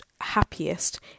happiest